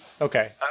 okay